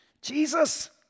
Jesus